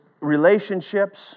relationships